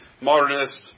modernist